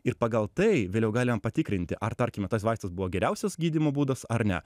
ir pagal tai vėliau galima patikrinti ar tarkime tas vaistas buvo geriausias gydymo būdas ar ne